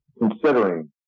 considering